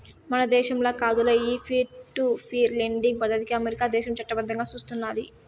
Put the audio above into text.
మన దేశంల కాదులే, ఈ పీర్ టు పీర్ లెండింగ్ పద్దతికి అమెరికా దేశం చట్టబద్దంగా సూస్తున్నాది